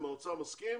שהאוצר מסכים,